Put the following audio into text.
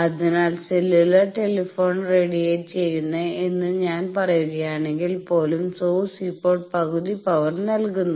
അതിനാൽ cellular telephone radiate ചെയ്യുന്നു എന്ന് ഞാൻ പറയുകയാണെങ്കിൽ പോലും സോഴ്സ് ഇപ്പോൾ പകുതി പവർ നൽകുന്നു